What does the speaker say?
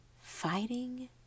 Fighting